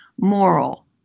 moral